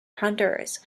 honduras